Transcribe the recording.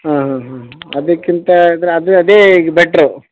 ಹಾಂ ಹಾಂ ಹಾಂ ಅದಕ್ಕಿಂತ ಆದ್ರೆ ಅದೇದೇ ಈಗ ಬೆಟ್ರು